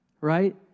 right